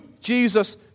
Jesus